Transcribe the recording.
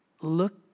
Look